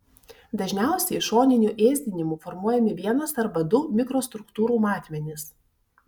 dažniausiai šoniniu ėsdinimu formuojami vienas arba du mikrostruktūrų matmenys